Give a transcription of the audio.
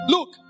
Look